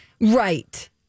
Right